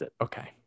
Okay